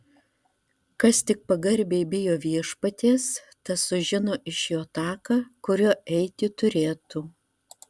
kas tik pagarbiai bijo viešpaties tas sužino iš jo taką kuriuo eiti turėtų